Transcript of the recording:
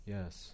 Yes